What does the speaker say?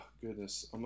goodness